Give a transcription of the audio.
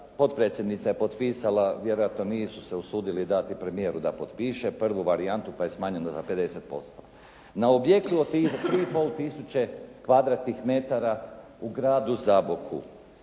potpredsjednica je potpisala, vjerojatno nisu se usudili dati premijeru da potpiše prvu varijantu, pa je smanjeno za 50%. Na objektu od tih 3 i pol tisuće kvadratnih metara u gradu Zaboku,